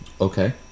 Okay